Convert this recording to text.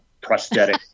prosthetic